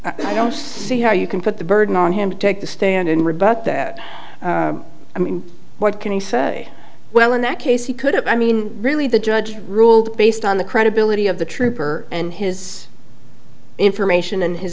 i don't see how you can put the burden on him to take the stand and rebut that i mean what can he say well in that case he could have i mean really the judge ruled based on the credibility of the trooper and his information in his